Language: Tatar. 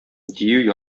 дию